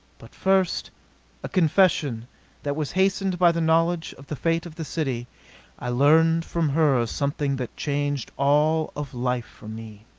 but first a confession that was hastened by the knowledge of the fate of the city i learned from her something that changed all of life for me.